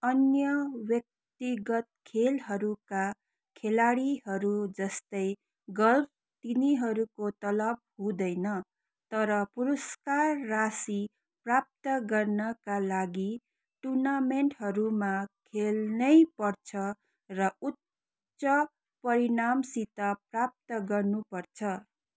अन्य व्यक्तिगत खेलहरूका खेलाडीहरू जस्तै गह तिनीहरूको तलब हुँदैन तर पुरस्कार रासि प्राप्त गर्नका लागि टुर्नामेन्टहरूमा खेल्नै पर्छ र उच्च परिणामसित प्राप्त गर्नु पर्छ